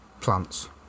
plants